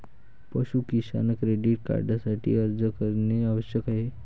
पाशु किसान क्रेडिट कार्डसाठी अर्ज करणे आवश्यक आहे